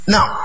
Now